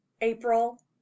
april